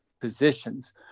positions